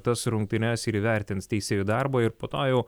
tas rungtynes ir įvertins teisėjų darbą ir po to jau